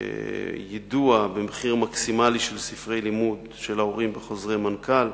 יידוע המחיר המקסימלי של ספרי לימוד של ההורים בחוזרי מנכ"ל.